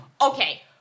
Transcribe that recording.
okay